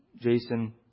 Jason